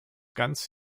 ganz